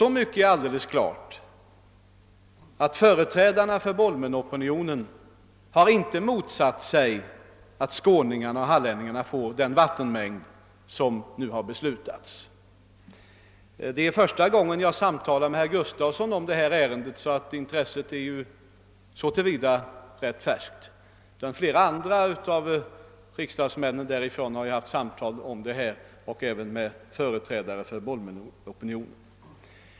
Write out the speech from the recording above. Så mycket är också alldeles klart att företrädarna för Bolmenopinionen inte har mottsatt sig att skåningarna och hallänningarna får den vattenmängd som nu beslutats. Det är första gången jag samtalar med herr Gustavsson i Alvesta om den här saken. Så till vida är ju intresset rätt färskt. Men jag har haft samtal med flera andra riksdagsmän från trakten liksom alltså även med företrädare för Bolmenopinionen.